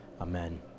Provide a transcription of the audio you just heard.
Amen